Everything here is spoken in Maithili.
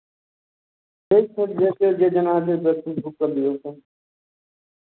ठीक छै जे छै जे जेना करबै बुक करि दियौ एक टा